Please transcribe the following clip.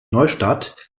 neustadt